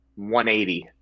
180